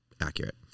accurate